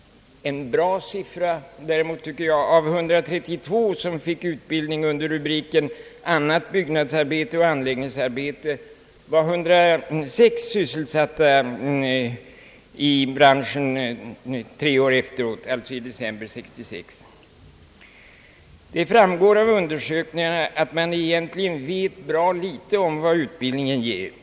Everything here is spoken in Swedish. En bra siffra däremot är att av 132 som 1963 fick utbildning under rubriken Annat byggnadsarbete och anläggningsarbete var 106 sysselsatta i branschen tre år senare, alltså i december 1966. Det framgår av undersökningarna att man egentligen vet bra litet om vad utbildningen ger.